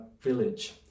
village